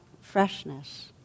freshness